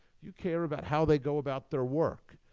you care about how they go about their work.